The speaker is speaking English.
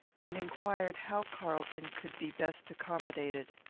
and inquired how carlton could be best accommodated.